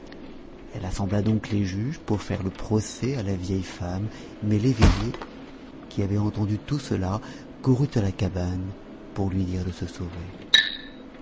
elle assembla donc les juges pour faire le procès à la vieille femme mais l'eveillé qui avait entendu tout cela courut à la cabane pour lui dire de se sauver